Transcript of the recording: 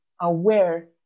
aware